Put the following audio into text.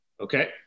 okay